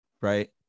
right